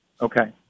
Okay